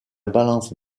balance